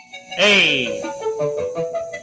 Hey